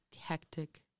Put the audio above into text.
hectic